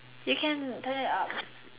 we can call it up